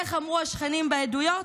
איך אמרו השכנים בעדויות?